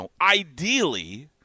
Ideally